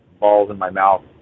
balls-in-my-mouth